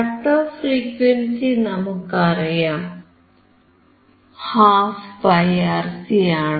cut off frequency നമുക്കറിയാം 12πRC ആണ്